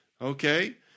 okay